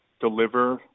deliver